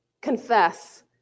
confess